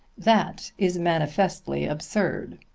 that is manifestly absurd.